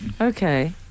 Okay